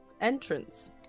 entrance